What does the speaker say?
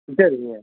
சரிங்க